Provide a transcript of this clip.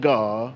God